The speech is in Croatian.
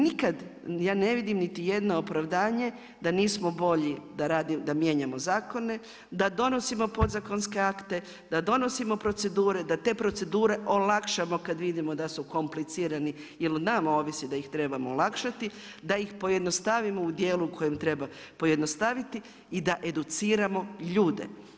Nikad ja ne vidim niti jedno opravdanje da nismo bolji da mijenjamo zakone, da donosimo podzakonske akte, da donosimo procedure, da te procedure olakšamo kad vidimo da su komplicirani jer o nama ovisi da ih trebamo olakšati, da ih pojednostavimo u dijelu kojem treba pojednostaviti i da educiramo ljude.